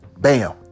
bam